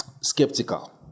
skeptical